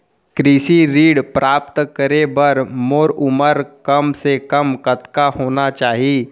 कृषि ऋण प्राप्त करे बर मोर उमर कम से कम कतका होना चाहि?